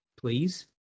please